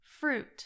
fruit